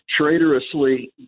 traitorously